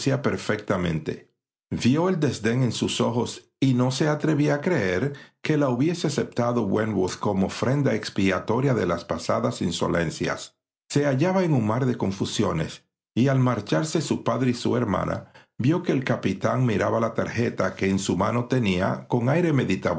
perfectamente vió el desdén en sus ojos y no se atrevía a creer que la hubiese aceptado wentworth como ofrenda expiatoria de las pasadas insolencias se hallaba en un mar de confusiones y al marcharse su padre y su hermana vió que el capitán miraba la tarjeta que en su mano tenía con